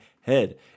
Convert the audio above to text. head